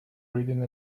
reading